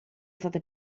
state